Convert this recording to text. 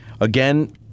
again—